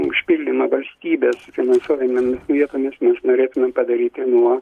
užpildymą valstybės finansuojamomis vietomis mes norėtumėm padaryti nuo